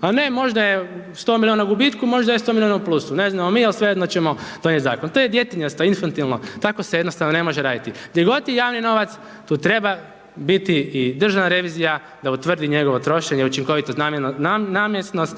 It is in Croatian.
a ne možda je 100 milijuna u gubitku, možda je 100 milijuna u plusu, ne znamo mi ali svejedno ćemo donijeti zakon, to je djetinjasto, infantilno, tako se jednostavno ne može raditi. Gdje god je javni novac, tu treba biti i Državna revizija da utvrdi njegovo trošenje, učinkovitost .../Govornik se ne razumije./...